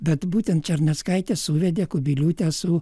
bet būtent černiauskaitė suvedė kubiliūtę su